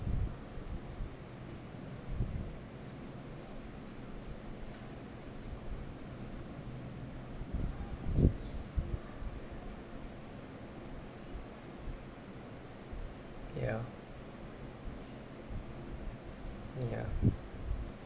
ya ya